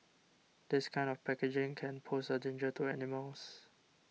this kind of packaging can pose a danger to animals